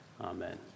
amen